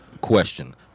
question